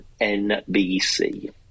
NBC